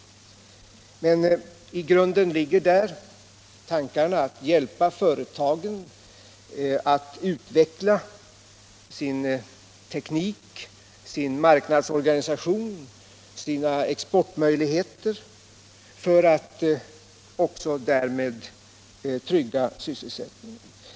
Men i grunden ligger tanken att hjälpa företagen att utveckla sin teknik, sin marknadsorganisation och sina exportmöjligheter för att därmed också trygga sysselsättningen.